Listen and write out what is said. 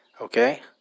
okay